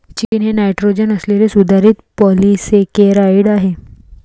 chitin हे nitrogen असलेले सुधारित पॉलिसेकेराइड आहे